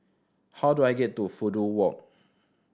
how do I get to Fudu Walk